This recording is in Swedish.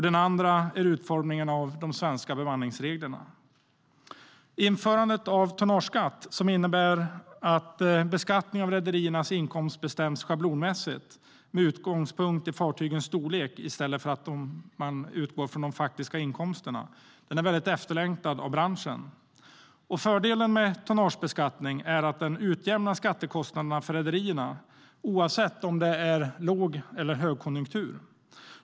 Den andra är utformningen av de svenska bemanningsreglerna. Införandet av tonnageskatt, som innebär att beskattning av rederiernas inkomst bestäms schablonmässigt med utgångspunkt i fartygens storlek i stället för de faktiska inkomsterna, är efterlängtad av branschen. Fördelen med tonnagebeskattning är att den utjämnar skattekostnaderna för rederierna, oavsett om det är låg eller högkonjunktur.